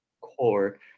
core